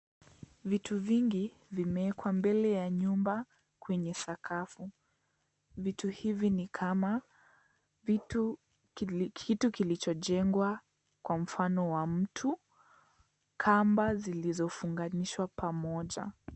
Vitu vingi vimeekwa mbele ya nyumba Kwenye sakafu . Vitu hivi ni kama kitu kilichojengwa Kwa mfano wa mtu, Kamba zilizofunganishwa pamoja.